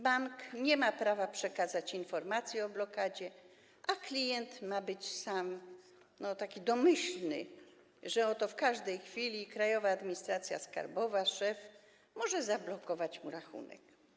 Bank nie ma prawa przekazać informacji o blokadzie, a klient ma być sam tu domyślny, w każdej chwili zaś Krajowa Administracja Skarbowa, jej szef, może zablokować mu rachunek.